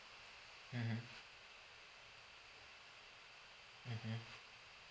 mmhmm mmhmm